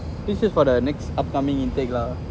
this is for the next upcoming intake lah